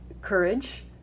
courage